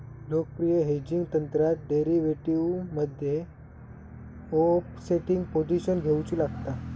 लोकप्रिय हेजिंग तंत्रात डेरीवेटीवमध्ये ओफसेटिंग पोझिशन घेउची लागता